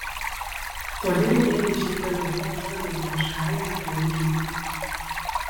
toli regėti iš eifelio bokšto lietuviškajame paryžiuje